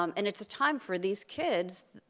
um and it's a time for these kids,